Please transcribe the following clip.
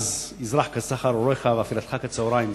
וזרח בחושך אורך ואפלתך כצהריים.